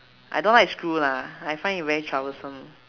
I don't like screw lah I find it very troublesome